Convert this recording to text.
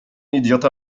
idiota